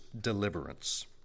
deliverance